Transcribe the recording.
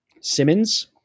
Simmons